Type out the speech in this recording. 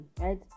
right